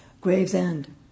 Gravesend